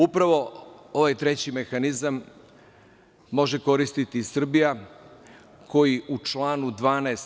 Upravo ovaj treći mehanizam može koristiti Srbija, koji u članu 12.